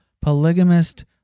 polygamist